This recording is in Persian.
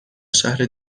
شهر